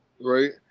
right